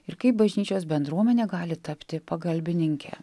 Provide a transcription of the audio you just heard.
ir kaip bažnyčios bendruomenė gali tapti pagalbininke